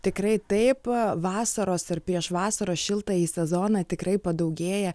tikrai taip vasaros ar prieš vasaros šiltąjį sezoną tikrai padaugėja